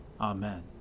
Amen